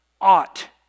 ought